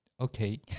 okay